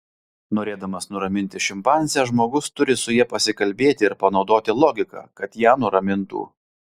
norėdamas nuraminti šimpanzę žmogus turi su ja pasikalbėti ir panaudoti logiką kad ją nuramintų